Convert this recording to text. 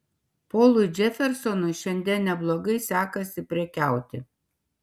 polui džefersonui šiandien neblogai sekasi prekiauti